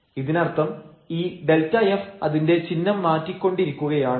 ഇതിനർത്ഥം ഈ Δf അതിന്റെ ചിഹ്നം മാറ്റിക്കൊണ്ടിരിക്കുകയാണ്